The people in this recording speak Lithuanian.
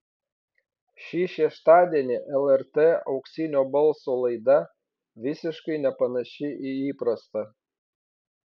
šį šeštadienį lrt auksinio balso laida visiškai nepanaši į įprastą